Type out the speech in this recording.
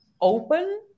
open